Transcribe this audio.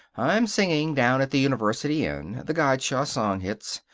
i'm singing down at the university inn. the gottschalk song hits.